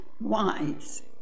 wise